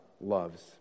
loves